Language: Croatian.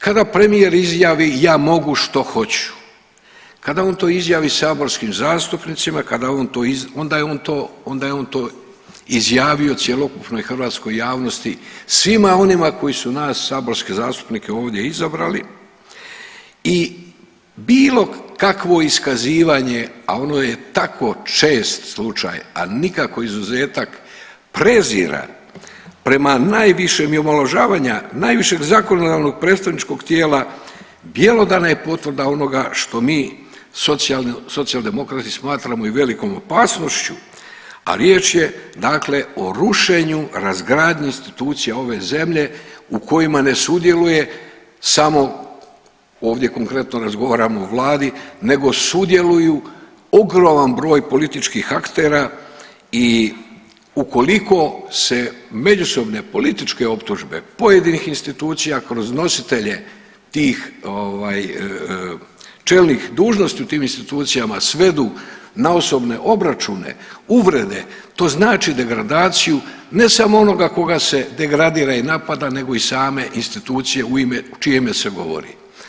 Kada premijer izjavi ja mogu što hoću, kada on to izjavi saborskim zastupnicima onda je on to izjavio cjelokupnoj hrvatskoj javnosti, svima onima koji su nas saborske zastupnike ovdje izabrali i bilo kakvo iskazivanje, a ono je tako čest slučaj, a nikako izuzetak prezira prema najvišem i omalovažavanja najvišeg zakonodavnog predstavničkog tijela bjelodana je potvrda onoga što mi Socijaldemokrati smatramo i velikom opasnošću, a riječ je o rušenju razgradnji institucija ove zemlje u kojima ne sudjeluje samo, ovdje konkretno razgovaramo o vladi, nego sudjeluju ogroman broj političkih aktera i ukoliko se međusobne političke optužbe pojedinih institucija kroz nositelje tih čelnih dužnosti u tim institucijama svedu na osobne obračune, uvrede, to znači degradaciju ne samo onoga koga se degradira i napada nego i same institucije u čije ime se govori.